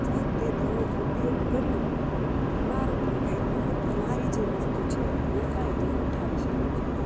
અથવા તે તેનો ઉપયોગ કરીને મારો પણ કંઈક મારી જે વસ્તુ છે તેનો ફાયદો ઉઠાવી શકે છે